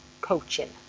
Coaching